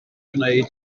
gwneud